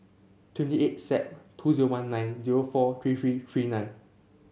twenty eight Sep two zero one nine zero four three three three nine